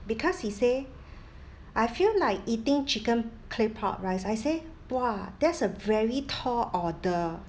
because he say I feel like eating chicken claypot rice I say !wah! that's a very tall order